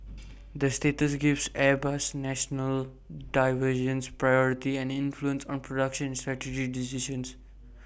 that status gives Airbus's national divisions priority and influence on production and strategy decisions